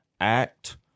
act